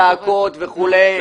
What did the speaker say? צעקות וכו',